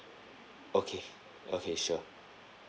okay okay sure